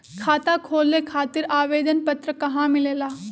खाता खोले खातीर आवेदन पत्र कहा मिलेला?